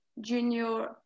junior